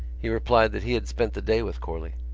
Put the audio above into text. he replied that he had spent the day with corley.